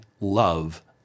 love